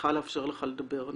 מבטיחה לאפשר לך לדבר,